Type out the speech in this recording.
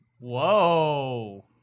Whoa